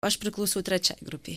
aš priklausiau trečiai grupei